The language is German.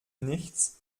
nichts